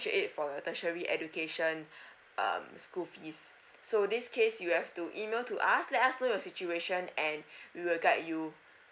aid for tertiary education um school fees so this case you have to email to us let us know your situation and we will guide you